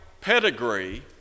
pedigree